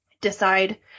decide